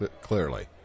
clearly